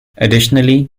additionally